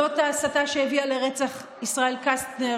זאת ההסתה שהביאה לרצח ישראל קסטנר,